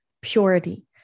purity